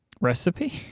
Recipe